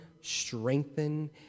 strengthen